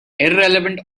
irrelevant